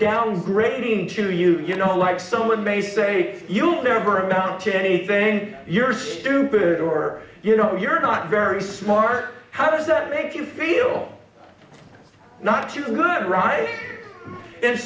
downgrading to you you know like someone may say you'll never amount to anything you're stupid or you know you're not very smart how does that make you feel not too good right and